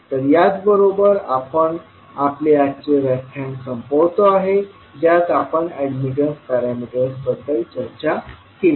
तर याच बरोबर आपण आपले आजचे व्याख्यान संपवतो आहे ज्यात आपण अॅडमिटन्स पॅरामीटर्सबद्दल चर्चा केली